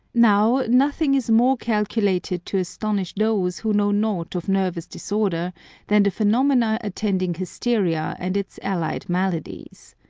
now nothing is more calculated to astonish those who know naught of nervous disorder than the phenomena attending hysteria and its allied maladies.